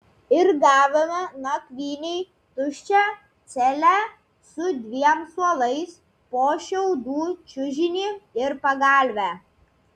ir gavome nakvynei tuščią celę su dviem suolais po šiaudų čiužinį ir pagalvę